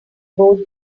both